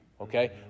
Okay